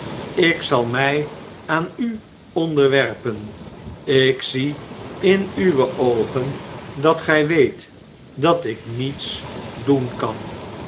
ik zal mij aan u onderwerpen ik zie in uwe oogen dat gij weet dat ik niets doen kan